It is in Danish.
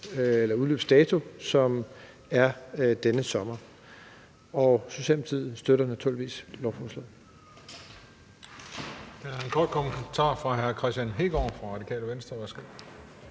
den udløbsdato, som er denne sommer. Og Socialdemokratiet støtter naturligvis lovforslaget.